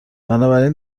بنابراین